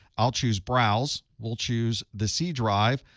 i'll choose browse. we'll choose the c drive.